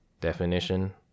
definition